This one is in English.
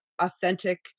authentic